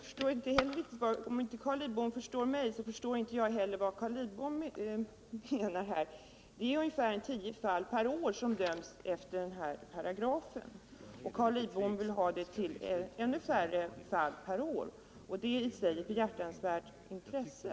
Herr talman! Carl Lidbom förstår inte mig, men jag förstår inte heller Carl Lidbom. Ungefär tio fall per år döms enligt den här paragrafen. Carl Lidbom vill ha ännu färre fall per år, och det är i och för sig ett behjärtansvärt intresse.